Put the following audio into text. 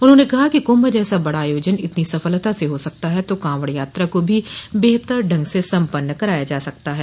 उन्होंने कहा कि कुंभ जैसा बड़ा आयोजन इतनी सफलता से हो सकता है तो कांवड़ यात्रा को भी बेहतर ढंग से सम्पन्न कराया जा सकता है